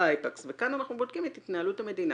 אייפקס וכאן אנחנו מבקרים את התנהלות המדינה.